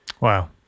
wow